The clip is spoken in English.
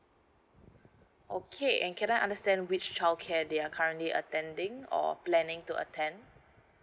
okay and can I understand which childcare they are currently attending or planning to attend